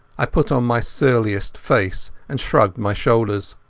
i put on my surliest face and shrugged my shoulders.